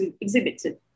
exhibited